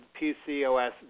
PCOS